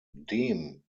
dem